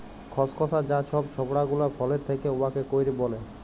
খসখসা যা ছব ছবড়া গুলা ফলের থ্যাকে উয়াকে কইর ব্যলে